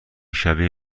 شبیه